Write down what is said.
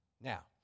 Now